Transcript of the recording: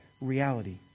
reality